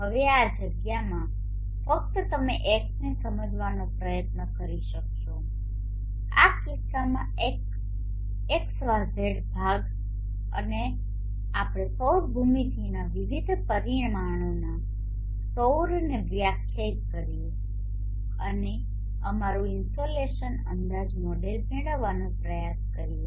હવે આ જગ્યામાં ફક્ત તમે એક્સને સમજવાનો પ્રયત્ન કરી શકશો આ કિસ્સામાં એક્સવાઝેડ ભાગ અને ચાલો આપણે સૌર ભૂમિતિના વિવિધ પરિમાણોના સૌરને વ્યાખ્યાયિત કરીએ અને અમારું ઇનસોલેશન અંદાજ મોડેલ મેળવવાનો પ્રયાસ કરીએ